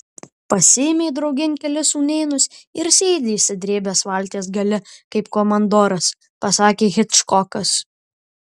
pasiėmė draugėn kelis sūnėnus ir sėdi išsidrėbęs valties gale kaip komandoras pasakė hičkokas